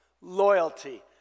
Loyalty